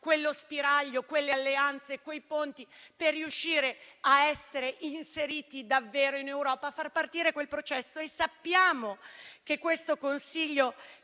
quello spiraglio, quelle alleanze e quei ponti per riuscire a essere inseriti davvero in Europa e far partire quel processo. Sappiamo che il Consiglio